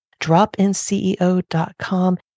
dropinceo.com